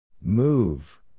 Move